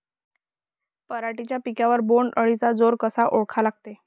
पराटीच्या पिकावर बोण्ड अळीचा जोर कसा ओळखा लागते?